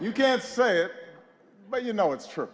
you can't say but you know it's true